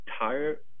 entire